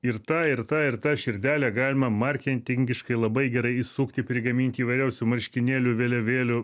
ir tą ir tą ir tą širdelę galima marketingiškai labai gerai įsukti prigaminti įvairiausių marškinėlių vėliavėlių